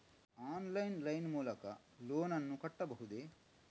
Online line ಮೂಲಕ loan ನನ್ನ ಕಟ್ಟಬಹುದೇ?